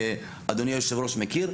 אדוני היושב-ראש מכיר,